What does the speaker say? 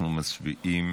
אנחנו מצביעים